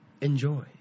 enjoy